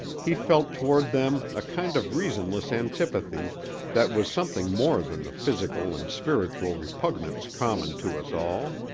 he felt toward them a kind of reasonless antipathy that was something more than the physical and spiritual repugnance common to us all.